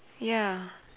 ya